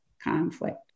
conflict